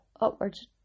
upwards